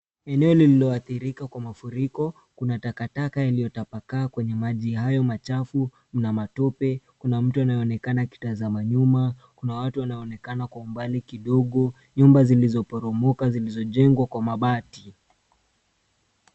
Eneo lililoathirika kwa mafuriko, kuna takataka iliyotapakaa kwenye maji hayo machafu, kuna matope, kuna mtu anayeonekana akitazama nyuma, Kuna watu wanaonekana kwa mbali kidogo, nyumba zilizoporomoka; zilizojengwa kwa mabati.